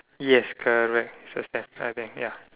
yes correct suspect I think ya